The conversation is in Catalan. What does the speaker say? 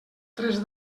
tres